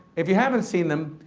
if you haven't seen them,